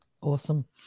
Awesome